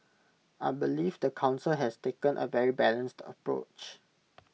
I believe the Council has taken A very balanced approach